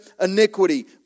iniquity